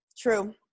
True